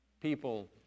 people